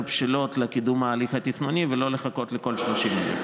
בשלות לקידום ההליך התכנוני ולא לחכות לכל ה-30,000.